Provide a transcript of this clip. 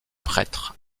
prêtres